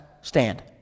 stand